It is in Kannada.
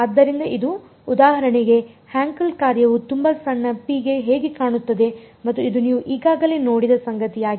ಆದ್ದರಿಂದ ಇದು ಉದಾಹರಣೆಗೆ ಹ್ಯಾಂಕೆಲ್ ಕಾರ್ಯವು ತುಂಬಾ ಸಣ್ಣ ⍴ ಗೆ ಹೇಗೆ ಕಾಣುತ್ತದೆ ಮತ್ತು ಇದು ನೀವು ಈಗಾಗಲೇ ನೋಡಿದ ಸಂಗತಿಯಾಗಿದೆ